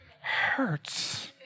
hurts